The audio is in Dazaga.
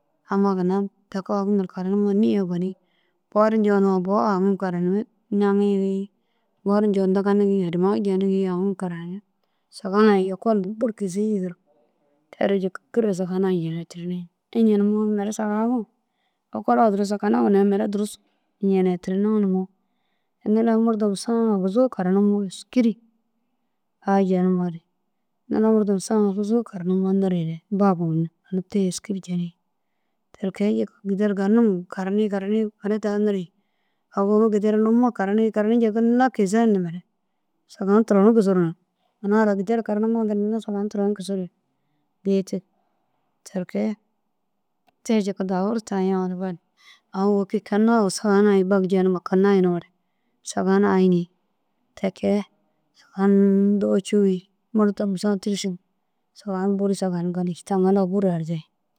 Amma ginna deki hoŋtun karanigoore nîye gonii. Boru njoore bo haŋum karanimmi ñaŋii ni bo ru njoo ntigani hirime jeniiŋi haŋim karanimmi. Sahun ai ekolu bu kîzi yîdir. Teree jika kîr sahun ai njinedinni. Iña nimoo? Mere sahun ekola duro sahuna ginna ru mere durusu njinetinoo numoo. Ŋila murdom saã aguzuu karanumoo êskiri ai jenimoore ŋila murdom saã aguzuu karanimoo nirire bagu ini te êskiri jenii. Ti kee jika gideru ganum karanii karanii mere daha nirii agu unu gide ru anuma karanii karanii njaa ginna kizeyindure sahun turon gisirure ina ara gide ru karanima ginna sahun turon gisiru giitig. Ti ke te jika dahuru tayoo gali aũ wôki kina sahun ai jenima yunoore? Sahun ai nii. Te kee sahun dûba cûu ye murdom saã tûrusu sahun buru sagahun gali taŋi lau buru herde.